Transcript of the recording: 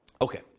Okay